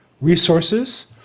resources